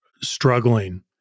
struggling